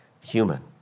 human